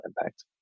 impact